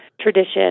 tradition